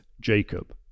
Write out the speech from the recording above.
Jacob